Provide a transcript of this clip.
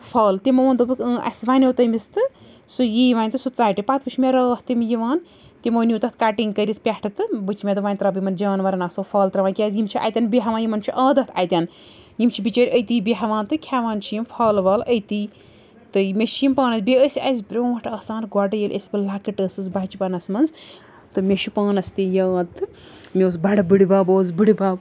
پھل تِمو ووٚن دوٚپکھ اۭں اسہِ وَنیٛوو تٔمِس تہٕ سُہ یی وۄنۍ تہٕ سُہ ژَٹہِ پَتہٕ وُچھ مےٚ راتھ تِم یِوان تِمو نیٛو تَتھ کٹِنٛگ کٔرِتھ پٮ۪ٹھ تہٕ بہٕ چھُ مےٚ دوٚپ وۄنۍ ترٛاوٕ بہٕ یِمَن جانوَرَن آسو پھل ترٛاوان کیٛازِ یِم چھِ اَتیٚن بیٚہوان یِمَن چھُ عادَت اَتیٚن یِم چھِ بِچٲرۍ أتی بیٚہوان تہٕ کھیٚوان چھِ یِم پھل ول أتی تہٕ مےٚ چھِ یِم پانَس بیٚیہِ ٲسۍ اسہِ برٛونٛٹھ آسان گۄڈٕ ییٚلہِ أسۍ بہٕ لۄکٕٹ ٲسٕس بَچپَنَس منٛز تہٕ مےٚ چھُ پانَس تہِ یاد تہٕ مےٚ اوس بَڑٕ بٕڑِۍ بَب اوس بٕڑۍ بَب